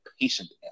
patient